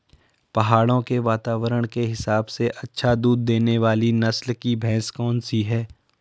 पहाड़ों के वातावरण के हिसाब से अच्छा दूध देने वाली नस्ल की भैंस कौन सी हैं?